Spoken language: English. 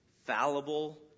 fallible